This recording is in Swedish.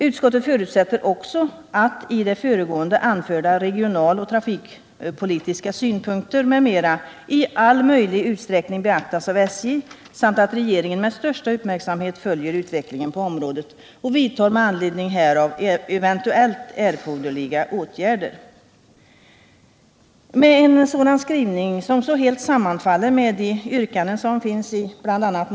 Utskottet förutsätter också att i det föregående anförda regionaloch trafikpolitiska synpunkter m.m. i all möjlig utsträckning beaktas av SJ samt att regeringen med största uppmärksamhet följer utvecklingen på området och vidtar med anledning härav eventuellt erforderliga åtgärder.” Med en sådan skrivning, som så helt sammanfaller med de yrkanden som finnsibl.a.